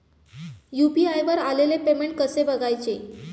UPI वर आलेले payment कसे बघायचे?